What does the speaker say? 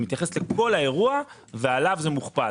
זה מתייחס לכל האירוע, ועליו זה מוכפל.